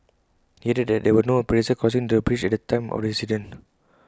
he added that there were no pedestrians crossing the bridge at the time of the accident